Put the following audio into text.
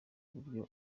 uburyo